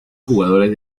jugadores